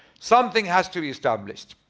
something has to be established.